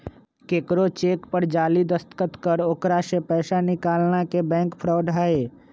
केकरो चेक पर जाली दस्तखत कर ओकरा से पैसा निकालना के बैंक फ्रॉड हई